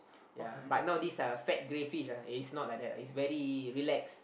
ya but not this a fat grey fish ah it's not like that lah it's very relax